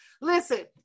listen